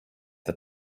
the